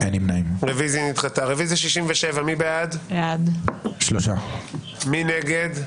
הצבעה בעד, 3 נגד,